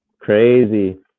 Crazy